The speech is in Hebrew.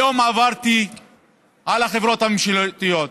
היום עברתי על החברות הממשלתיות,